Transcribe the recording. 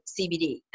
CBD